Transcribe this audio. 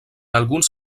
alguns